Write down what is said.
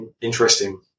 interesting